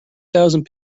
thousand